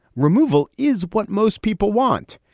removal is what most people want.